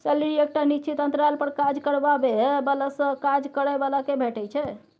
salary एकटा निश्चित अंतराल पर काज करबाबै बलासँ काज करय बला केँ भेटै छै